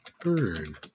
Burn